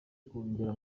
kongera